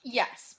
yes